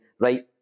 Right